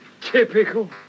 Typical